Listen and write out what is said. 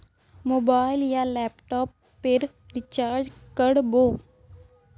Mobile या laptop पेर recharge कर बो?